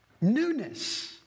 newness